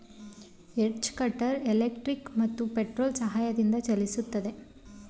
edge cutter electric ಮತ್ತು petrol ಸಹಾಯದಿಂದ ಚಲಿಸುತ್ತೆ